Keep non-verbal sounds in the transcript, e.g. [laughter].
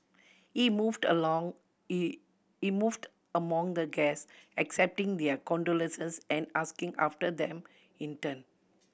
he moved along [unintelligible] he moved among the guests accepting their condolences and asking after them in turn